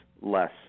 less